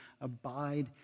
abide